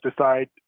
decide